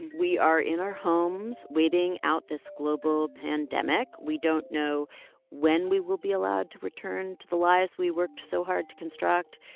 we are in our homes waiting out this global pandemic. we don't know when we will be allowed to return to the lives we worked so hard to construct.